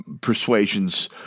persuasions